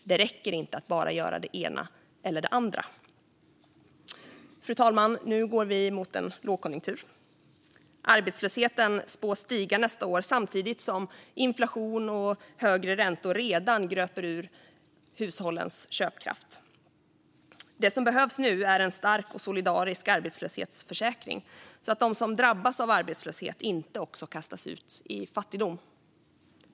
Det räcker inte att göra bara det ena eller det andra. Fru talman! Nu går vi mot en lågkonjunktur. Arbetslösheten spås stiga nästa år samtidigt som inflation och högre räntor redan gröper ur hushållens köpkraft. Det som behövs nu är en stark och solidarisk arbetslöshetsförsäkring så att de som drabbas av arbetslöshet inte dessutom kastas ut i fattigdom.